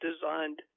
designed